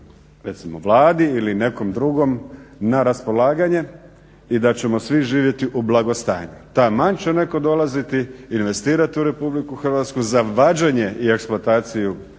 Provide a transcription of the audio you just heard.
recimo Vladi ili nekom drugom na raspolaganje i da ćemo svi živjeti u blagostanju. Taman će netko dolaziti investirati u RH za vađenje i eksplataciju